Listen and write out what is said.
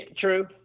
true